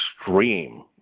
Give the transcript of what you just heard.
extreme